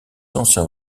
anciens